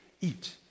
eat